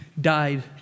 died